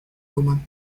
woman